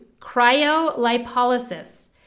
cryolipolysis